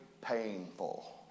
Painful